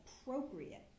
appropriate